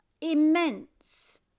immense